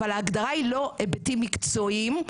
אבל ההגדרה היא לא היבטים מקצועיים,